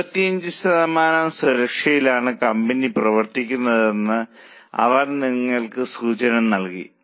25 ശതമാനം സുരക്ഷയിലാണ് കമ്പനി പ്രവർത്തിക്കുന്നതെന്ന് അവർ നിങ്ങൾക്ക് സൂചന നൽകി